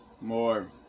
more